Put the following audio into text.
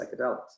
psychedelics